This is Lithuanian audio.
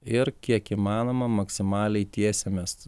ir kiek įmanoma maksimaliai tiesiamės